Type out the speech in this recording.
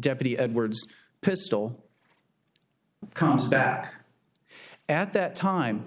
deputy edwards pistol comes back at that time